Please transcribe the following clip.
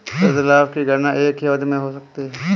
प्रतिलाभ की गणना एक ही अवधि में हो सकती है